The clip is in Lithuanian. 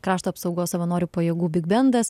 krašto apsaugos savanorių pajėgų bigbendas